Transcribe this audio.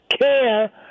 care